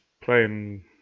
playing